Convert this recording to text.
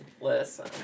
listen